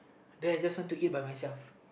then I just want to eat by myself